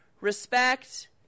Respect